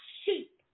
sheep